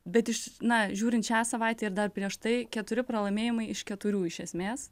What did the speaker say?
bet iš na žiūrint šią savaitę ir dar prieš tai keturi pralaimėjimai iš keturių iš esmės